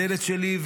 הדלת שלי,